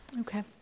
Okay